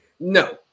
No